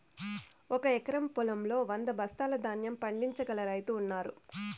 ఒక ఎకరం పొలంలో వంద బస్తాల ధాన్యం పండించగల రైతులు ఉన్నారు